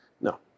No